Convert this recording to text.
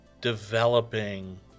developing